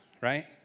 right